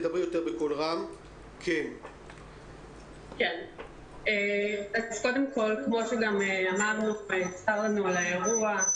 קודם כול, כפי שגם אמרנו, צר לנו על האירוע.